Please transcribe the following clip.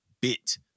bit